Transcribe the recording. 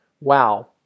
wow